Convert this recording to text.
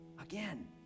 again